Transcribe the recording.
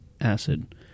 acid